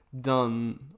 done